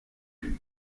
vous